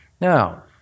Now